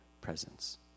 presence